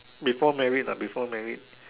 before married lah before married